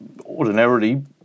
ordinarily